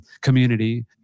community